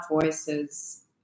voices